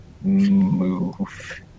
move